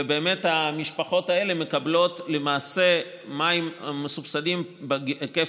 ובאמת המשפחות האלה מקבלות למעשה מים מסובסדים בהיקף